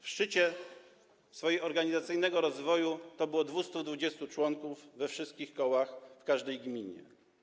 W szczycie swojego organizacyjnego rozwoju było 220 członków we wszystkich kołach w każdej gminie.